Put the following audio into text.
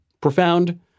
profound